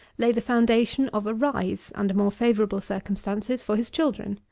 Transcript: lay the foundation of a rise, under more favourable circumstances, for his children.